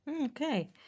Okay